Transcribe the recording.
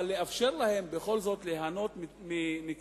אבל לאפשר להם בכל זאת ליהנות מנקודת